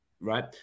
right